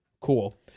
Cool